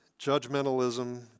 judgmentalism